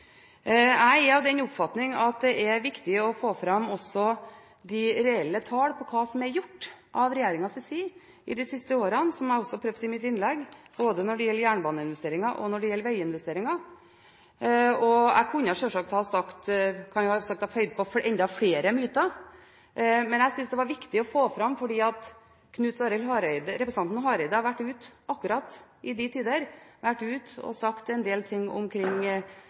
Jeg er av den oppfatning at det er viktig å få fram de reelle tall for hva som er gjort fra regjeringens side i løpet av de siste årene, som jeg også prøvde å si i mitt innlegg, både når det gjelder jernbaneinvesteringer, og når det gjelder veiinvesteringer. Jeg kunne selvsagt føyd til enda flere myter, men jeg syntes det var viktig å få det fram, fordi representanten Hareide har vært ute akkurat i de tider og sagt en del ting omkring